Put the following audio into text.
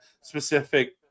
specific